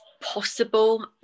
possible